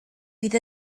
fydd